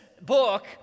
book